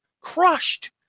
crushed